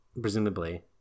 presumably